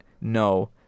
no